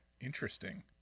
interesting